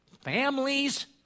families